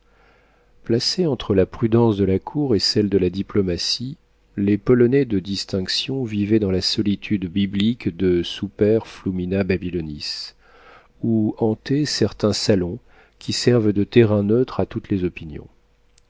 placés entre la prudence de la cour et celle de la diplomatie les polonais de distinction vivaient dans la solitude biblique de super flumina babylonis ou hantaient certains salons qui servent de terrain neutre à toutes les opinions